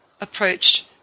approach